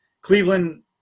Cleveland